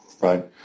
right